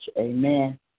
amen